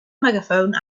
megaphone